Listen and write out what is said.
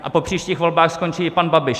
A po příštích volbách skončí i pan Babiš.